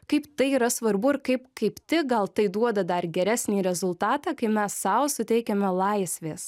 kaip tai yra svarbu ir kaip kaip tik gal tai duoda dar geresnį rezultatą kai mes sau suteikiame laisvės